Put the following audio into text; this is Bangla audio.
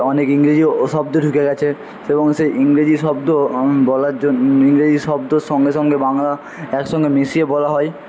অনেক ইংরেজিও শব্দ ঢুকে গেছে এবং সেই ইংরেজি শব্দ বলার জন্য ইংরেজি শব্দর সঙ্গে সঙ্গে বাংলা একসঙ্গে মিশিয়ে বলা হয়